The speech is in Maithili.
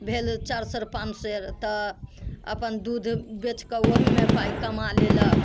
भेल चारि सेर पाँच सेर तऽ अपन दूध बेच कऽ ओहूमे पाइ कमा लेलक